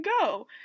go